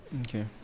Okay